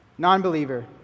non-believer